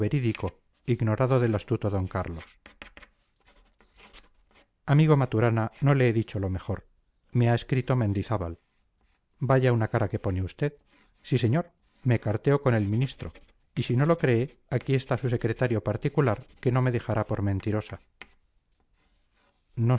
ignorado del astuto d carlos amigo maturana no le he dicho lo mejor me ha escrito mendizábal vaya una cara que pone usted sí señor me carteo con el ministro y si no lo cree aquí está su secretario particular que no me dejará por mentirosa no